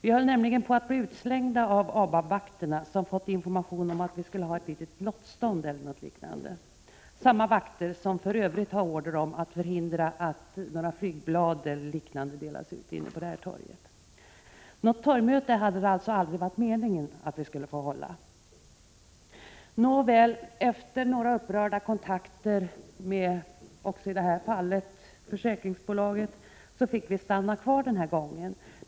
Vi höll på att bli utslängda av ABAPB-vakterna som fått information om att vi skulle ha ett litet lottstånd eller något liknande. Det var samma vakter som för övrigt har order om att förhindra att flygblad och liknande delas ut inne på torget. Något torgmöte hade det alltså aldrig varit meningen att vi skulle få hålla. Nåväl, efter några upprörda kontakter, även med försäkringsbolaget, fick vi stanna kvar den här gången.